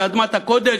ואדמת הקודש,